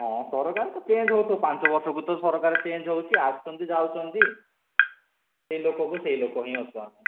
ହଁ ସରକାର ତ ଛେଞ୍ଜ୍ ହଉଛି ପାଞ୍ଚ ବର୍ଷକୁ ତ ସରକାର ଚେଞ୍ଜ୍ ହେଉଛି ଆସୁଛନ୍ତି ଯାଉଛନ୍ତି ସେଇ ଲୋକକୁ ସେଇ ଲୋକ ହିଁ ଅଛୁ ଆମେ